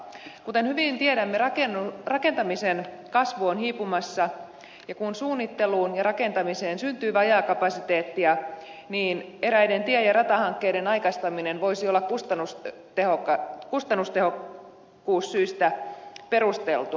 kuten hyvin tiedämme rakentamisen kasvu on hiipumassa ja kun suunnitteluun ja rakentamiseen syntyy vajaakapasiteettia niin eräiden tie ja ratahankkeiden aikaistaminen voisi olla kustannustehokkuussyistä perusteltua